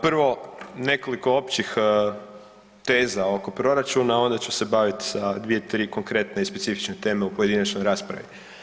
Prvo, nekoliko općih teza oko proračuna, a onda ću se baviti sa dvije, tri konkretne i specifične teme u pojedinačnoj raspravi.